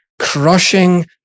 crushing